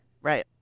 Right